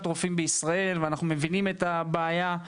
רופאים בישראל ואנחנו מבינים את הבעיה,